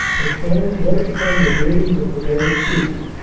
the storm broke upon the weary but devoted troops,